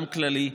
גם הכללי,